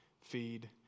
feed